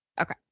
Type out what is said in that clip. Okay